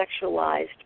sexualized